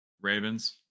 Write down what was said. Ravens